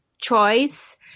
Choice